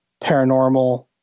paranormal